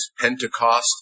Pentecost